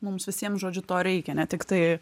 mums visiems žodžiu to reikia ne tiktai